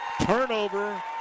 Turnover